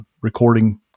recording